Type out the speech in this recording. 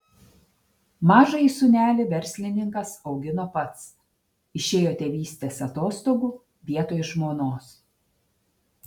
mažąjį sūnelį verslininkas augino pats išėjo tėvystės atostogų vietoj žmonos